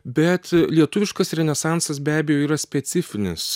bet lietuviškas renesansas be abejo yra specifinis